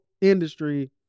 industry